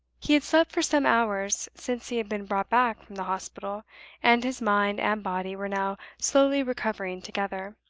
he had slept for some hours since he had been brought back from the hospital and his mind and body were now slowly recovering together.